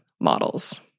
models